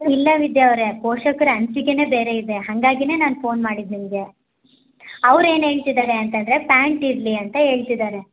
ಇಲ್ಲ ವಿದ್ಯಾ ಅವರೇ ಪೋಷಕರ ಅನಿಸಿಕೆನೆ ಬೇರೆ ಇದೆ ಹಾಗಾಗಿನೇ ನಾನು ಫೋನ್ ಮಾಡಿದ್ದು ನಿಮಗೆ ಅವ್ರೇನು ಹೇಳ್ತಿದಾರೆ ಅಂತಂದರೆ ಪ್ಯಾಂಟ್ ಇರಲಿ ಅಂತ ಹೇಳ್ತಿದಾರೆ